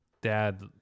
dad